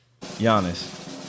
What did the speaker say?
Giannis